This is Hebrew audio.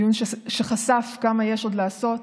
דיון שחשף כמה יש עוד לעשות: